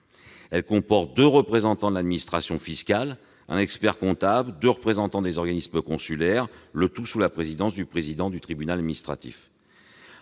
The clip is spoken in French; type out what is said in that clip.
sont composées de deux représentants de l'administration fiscale, d'un expert-comptable, de deux représentants des organismes consulaires, le tout sous la présidence du président du tribunal administratif.